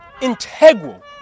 integral